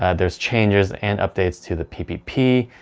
ah there's changes and updates to the ppp,